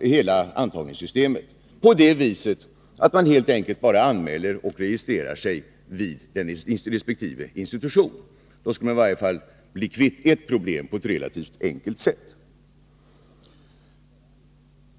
hela antagningssystemet på det sättet att man bara anmäler och registrerar sig vid resp. institution. Då skulle man relativt enkelt bli kvitt i varje fall ett problem.